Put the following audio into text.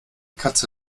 katze